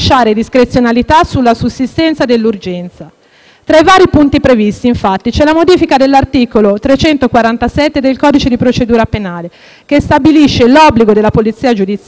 Tra i vari punti previsti, infatti, c'è la modifica dell'articolo 347 del codice di procedura penale che stabilisce l'obbligo della Polizia giudiziaria di comunicare immediatamente al pubblico ministero